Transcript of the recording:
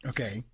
Okay